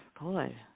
boy